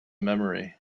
memory